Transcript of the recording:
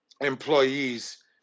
employees